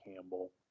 Campbell